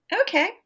Okay